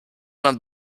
man